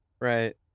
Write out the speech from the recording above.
Right